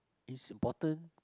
is important